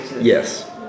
yes